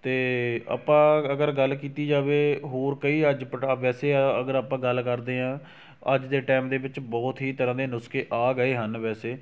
ਅਤੇ ਆਪਾਂ ਅਗਰ ਗੱਲ ਕੀਤੀ ਜਾਵੇ ਹੋਰ ਕਈ ਅੱਜ ਵੈਸੇ ਅਗਰ ਆਪਾਂ ਗੱਲ ਕਰਦੇ ਹਾਂ ਅੱਜ ਦੇ ਟਾਈਮ ਦੇ ਵਿੱਚ ਬਹੁਤ ਹੀ ਤਰ੍ਹਾਂ ਦੀਆਂ ਨੁਸਖੇ ਆ ਗਏ ਹਨ ਵੈਸੇ